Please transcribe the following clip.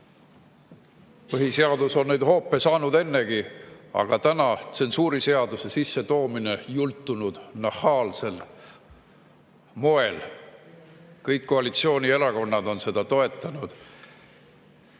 Põhiseadus on neid hoope saanud ennegi, aga täna [toimub] tsensuuriseaduse sissetoomine jultunud, nahaalsel moel. Kõik koalitsioonierakonnad on seda toetanud.